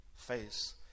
face